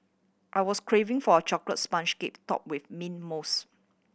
I was craving for a chocolate sponge cake topped with mint mousse